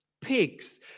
pigs